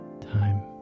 time